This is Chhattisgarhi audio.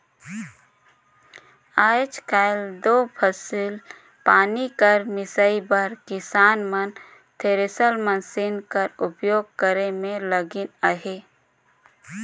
आएज काएल दो फसिल पानी कर मिसई बर किसान मन थेरेसर मसीन कर उपियोग करे मे लगिन अहे